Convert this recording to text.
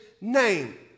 name